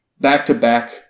back-to-back